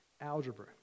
algebra